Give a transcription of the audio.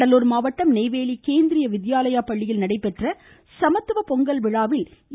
கடலூர் மாவட்டம் நெய்வேலி கேந்தீய வித்யாலயா பள்ளியில் நடைபெற்ற சமத்துவ பொங்கல் விழாவில் என்